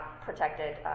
protected